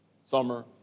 summer